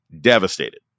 devastated